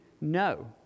no